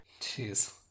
Jeez